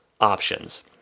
options